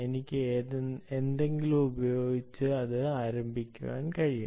എനിക്ക് എന്തെങ്കിലും ഉപയോഗിച്ച് അത് ആരംഭിക്കാൻ കഴിയും